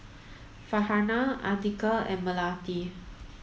Farhanah Andika and Melati